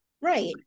Right